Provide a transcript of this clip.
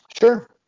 Sure